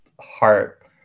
heart